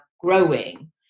growing